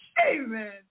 Amen